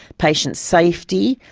patient safety,